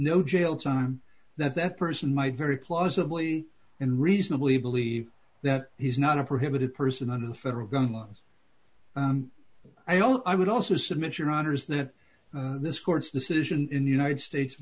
no jail time that that person might very plausibly and reasonably believe that he's not a prohibited person under the federal gun laws i all i would also submit your honor is that this court's decision in united states